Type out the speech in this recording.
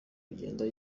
kugenda